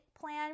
plan